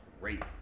great